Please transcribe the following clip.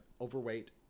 overweight